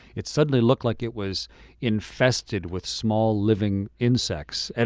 it suddenly looked like it was infested with small, living insects. and